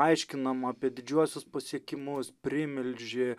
aiškinama apie didžiuosius pasiekimus primilžį